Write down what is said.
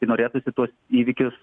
tai norėtųsi tuos įvykius